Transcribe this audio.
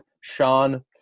Sean